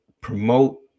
promote